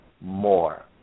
more